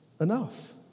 enough